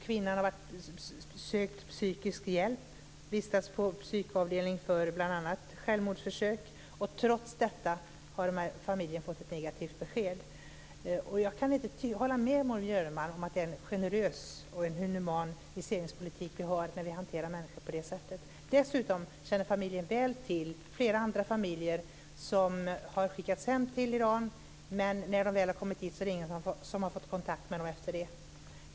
Kvinnan har sökt psykisk hjälp och vistats på psykavdelning bl.a. för självmordsförsök. Trots detta har familjen fått ett negativt besked. Jag kan inte hålla med Maud Björnemalm om att det är en generös och human viseringspolitik när vi hanterar människor på det sättet. Dessutom känner familjen väl till flera andra familjer som har skickats hem till Iran, och ingen har fått kontakt med dem efter det att de kommit dit.